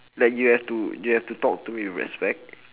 like you have to you have to talk to me with respect